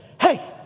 hey